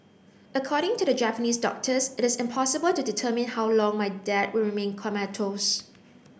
according to the Japanese doctors it is impossible to determine how long my dad will remain comatose